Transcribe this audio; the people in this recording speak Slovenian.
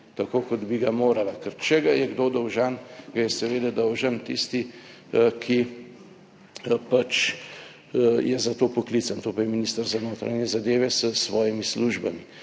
tako kot bi ga morala, ker če ga je kdo dolžan, ga je seveda dolžan tisti, ki pač je za to poklican. To pa je minister za notranje zadeve s svojimi službami.